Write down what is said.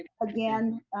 again.